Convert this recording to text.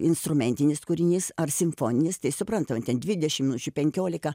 instrumentinis kūrinys ar simfoninis tai suprantama ten dvidešimt minučių penkiolika